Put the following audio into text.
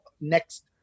next